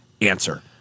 answer